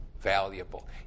valuable